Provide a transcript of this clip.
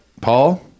Paul